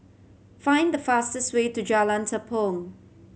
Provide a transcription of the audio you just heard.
find the fastest way to Jalan Tepong